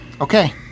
okay